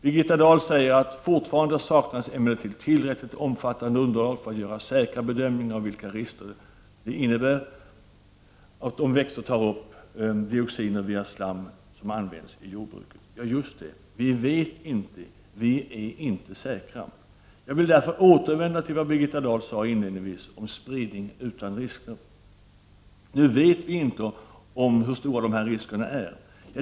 Birgitta Dahl säger: ”Fortfarande saknas emellertid tillräckligt omfattande underlag för att göra säkra bedömningar av vilka risker det innebär om växter tar upp dioxin via slam som används i jordbruket.” Ja, just det. Vi vet inte, vi är inte säkra. Jag vill då återvända till vad Birgitta Dahl sade inledningsvis om spridning utan risker. Nu vet vi inte hur stora dessa risker är.